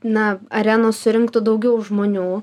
na arenos surinktų daugiau žmonių